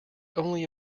only